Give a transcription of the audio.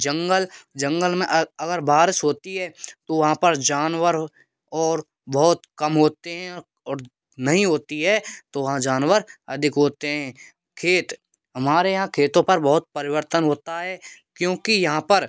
जंगल जंगल में अगर बारिश होती है तो वहाँ पर जानवर और बहुत कम होते हैं और नहीं होती है तो वहाँ जानवर अधिक होते हैं खेत हमारे यहाँ खेतों पर बहुत परिवर्तन होता है क्योंकि यहाँ पर